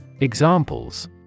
Examples